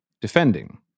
defending